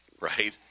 right